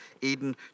Eden